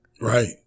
Right